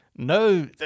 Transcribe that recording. No